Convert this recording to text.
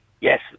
Yes